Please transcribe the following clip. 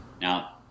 Now